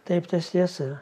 taip tas tiesa